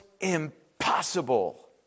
impossible